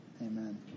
amen